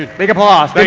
big applause.